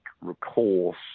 recourse